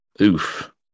Oof